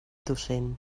docent